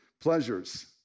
pleasures